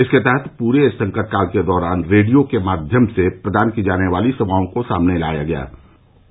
इसके तहत पूरे संकट काल के दौरान रेडियो के माध्यम से प्रदान की जाने वाली सेवाओं को सामने लाया जाएगा